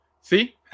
see